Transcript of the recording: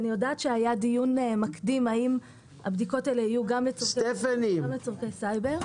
אני יודעת שהיה דיון מקדים האם האלה יהיו גם לצורכי סייבר.